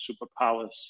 superpowers